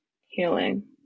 healing